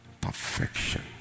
perfection